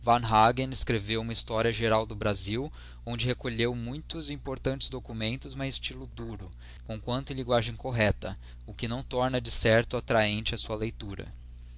warnhagen escreveu uma historia geral do brasil onde recolheu muitos e importantes documentos mas em estylo duro com quanto em linguagem correcta o que não torna de certo attrahente a sua leitura